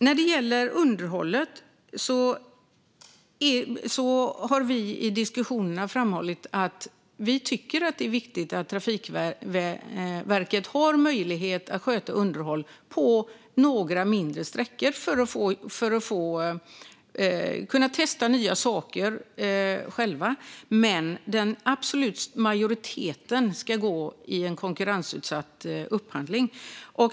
När det gäller underhållet har vi i diskussionerna framhållit att vi tycker att det är viktigt att Trafikverket har möjlighet att sköta underhållet på några mindre sträckor för att själva kunna testa nya saker. Men den absoluta majoriteten ska omfattas av en konkurrensutsatt upphandling.